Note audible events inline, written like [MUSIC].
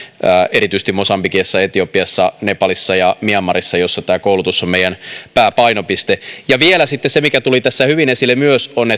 erityisesti mosambikissa etiopiassa nepalissa ja myanmarissa missä koulutus on meidän pääpainopiste vielä se mikä myös tuli tässä hyvin esille on [UNINTELLIGIBLE]